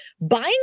buying